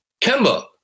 Kemba